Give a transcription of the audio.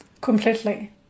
completely